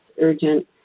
urgent